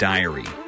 Diary